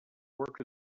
work